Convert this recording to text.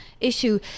issue